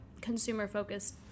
consumer-focused